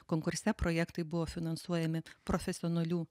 konkurse projektai buvo finansuojami profesionalių